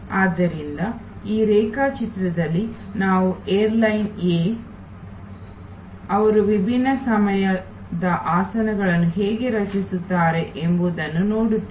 ಆದ್ದರಿಂದ ಈ ರೇಖಾಚಿತ್ರದಲ್ಲಿ ನೀವು ಏರ್ಲೈನ್ಸ್ ಎ A ಅವರು ವಿಭಿನ್ನ ಸಮಯದ ಆಸನಗಳನ್ನು ಹೇಗೆ ರಚಿಸುತ್ತಾರೆ ಎಂಬುದನ್ನು ನೋಡುತ್ತೀರಿ